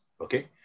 Okay